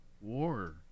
war